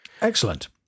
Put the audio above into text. Excellent